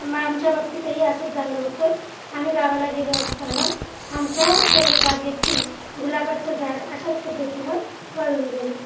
मग आमच्या बाबतीतही असं झालं होतं आम्ही गावाला गेलो असताना आमच्या परसबागेतील गुलाबाचं झाड अशाच पद्धतीनं वाळून गेलो